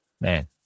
man